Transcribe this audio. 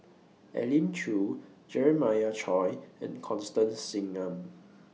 Elim Chew Jeremiah Choy and Constance Singam